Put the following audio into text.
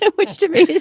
which to me,